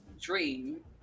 dream